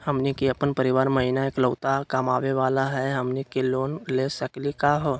हमनी के अपन परीवार महिना एकलौता कमावे वाला हई, हमनी के लोन ले सकली का हो?